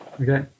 Okay